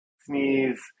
Sneeze